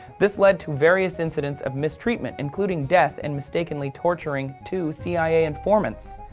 this led to various incidents of mistreatment including death and mistakenly torturing two cia informants.